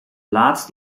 laatst